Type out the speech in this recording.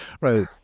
Right